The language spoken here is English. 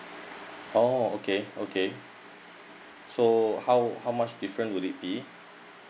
oh okay okay so how how much different would it be